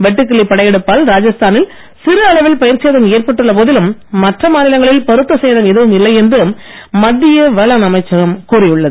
வெட்டுக்கிளி படையெடுப்பால் ராஜஸ்தா னில் சிறு அளவில் பயிர்ச் சேதம் ஏற்பட்டுள்ள போதிலும் மற்ற மாநிலங்களில் பெருத்த சேதம் எதுவும் இல்லை என்று மத்திய வேளாண் அமைச்சகம் கூறியுள்ளது